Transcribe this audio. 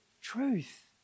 Truth